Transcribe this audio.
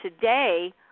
today